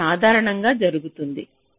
ఇది సాధారణంగా జరుగుతుంది